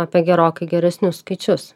apie gerokai geresnius skaičius